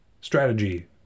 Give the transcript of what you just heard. strategy